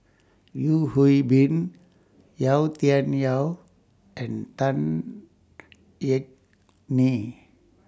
Yeo Hwee Bin Yau Tian Yau and Tan Yeok Nee